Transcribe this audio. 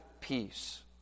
peace